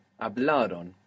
hablaron